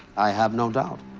i have no doubt.